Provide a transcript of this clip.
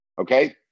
okay